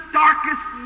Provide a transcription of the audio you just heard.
darkest